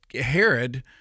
Herod